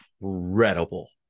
incredible